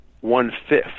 one-fifth